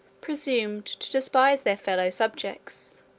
presumed to despise their fellow-subjects,